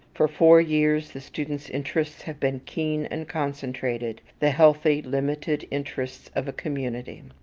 for four years the student's interests have been keen and concentrated, the healthy, limited interests of a community.